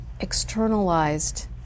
externalized